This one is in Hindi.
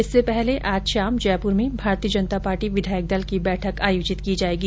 इससे पहले आज शाम भारतीय जनता पार्टी विधायक दल की बैठक आयोजित की जायेगी